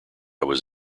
was